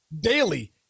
daily